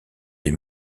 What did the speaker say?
des